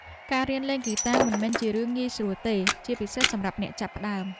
ការរៀនលេងហ្គីតាមិនមែនជារឿងងាយស្រួលទេ ជាពិសេសសម្រាប់អ្នកចាប់ផ្តើម។